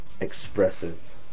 expressive